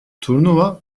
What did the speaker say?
turnuva